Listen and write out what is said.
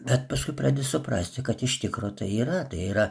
bet paskui pradedi suprasti kad iš tikro tai yra tai yra